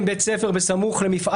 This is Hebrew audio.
ואו.